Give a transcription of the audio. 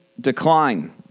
decline